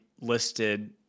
listed